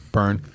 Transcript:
Burn